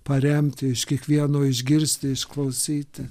paremti iš kiekvieno išgirsti išklausyti